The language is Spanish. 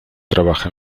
trabaja